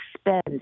spend